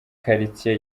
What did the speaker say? karitiye